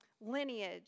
lineage